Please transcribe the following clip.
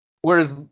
whereas